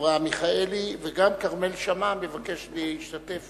אברהם מיכאלי, וגם כרמל שאמה מבקש להשתתף